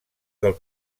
del